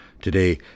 today